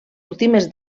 últimes